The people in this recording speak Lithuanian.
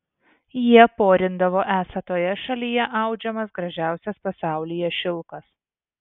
jie porindavo esą toje šalyje audžiamas gražiausias pasaulyje šilkas